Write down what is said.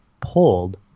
pulled